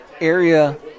area